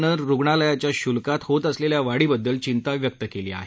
आयनं रुग्णालयांच्या श्ल्कात होत असलेल्या वाढीबद्दल चिंता व्यक्त केली आहे